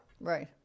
Right